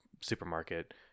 supermarket